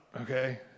okay